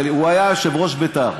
הוא היה יושב-ראש בית"ר.